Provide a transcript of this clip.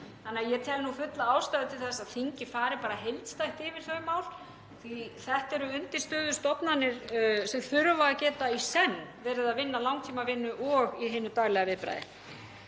Ég tel fulla ástæðu til þess að þingið fari heildstætt yfir þau mál því að þetta eru undirstöðustofnanir sem þurfa að geta í senn verið að vinna langtímavinnu og í hinu daglega viðbragði.